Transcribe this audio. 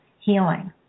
healing